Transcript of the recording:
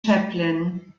chaplin